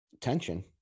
tension